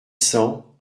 cents